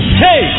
hey